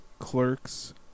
Clerks